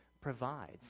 provides